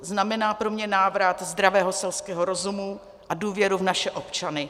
Znamená pro mě návrat zdravého selského rozumu a důvěry v naše občany.